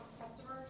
customers